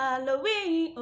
Halloween